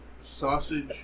sausage